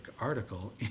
article